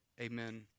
Amen